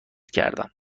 کردم